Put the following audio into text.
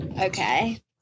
okay